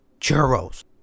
churros